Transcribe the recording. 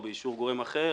או באישור גורם אחר.